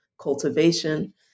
cultivation